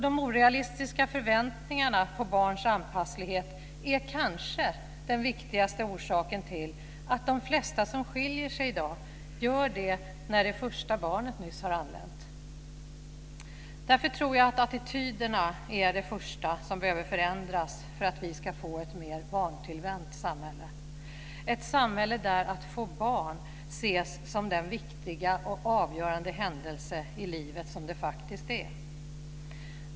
De orealistiska förväntningarna på barns anpasslighet är kanske den viktigaste orsaken till att de flesta som skiljer sig i dag gör det när det första barnet nyss har anlänt. Därför tror jag att attityderna är det första som behöver förändras för att vi ska få ett mer barntillvänt samhälle, ett samhälle där "att få barn" ses som den viktiga och avgörande händelse i livet som det faktiskt är.